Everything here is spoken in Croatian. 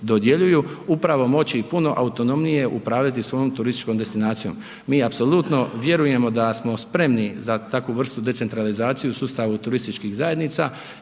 dodjeljuju upravo moći puno autonomnije upravljati svojom turističkom destinacijom. Mi apsolutno vjerujemo da smo spremni za takvu vrstu decentralizacije u sustavu turističkih zajednica,